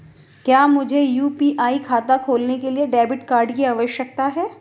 क्या मुझे यू.पी.आई खाता खोलने के लिए डेबिट कार्ड की आवश्यकता है?